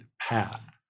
path